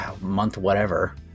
month-whatever